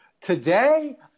today